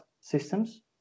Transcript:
systems